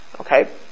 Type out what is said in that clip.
Okay